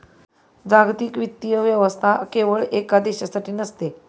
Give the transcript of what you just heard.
जागतिक वित्तीय व्यवस्था केवळ एका देशासाठी नसते